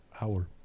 hour